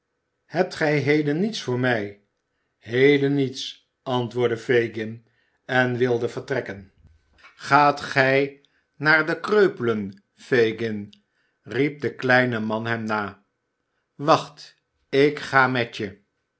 hebt gij heden niets voor mij heden niets antwoordde fagin en wilde vertrekken gaat gij naar de kreupelen fagin riep de kleine man hem na wacht ik ga met je